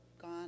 gone